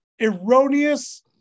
erroneous